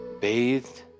bathed